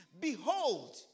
Behold